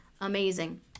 amazing